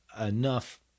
enough